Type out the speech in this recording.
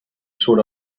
surt